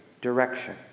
direction